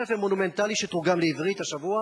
ספר מונומנטלי שתורגם לעברית השבוע,